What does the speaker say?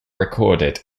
recorded